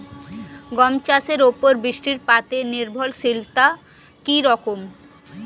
গম চাষের উপর বৃষ্টিপাতে নির্ভরশীলতা কী রকম?